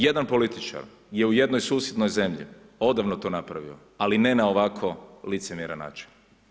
Jedan političar je u jednoj susjednoj zemlji odavno to napravio ali ne na ovako licemjeran način.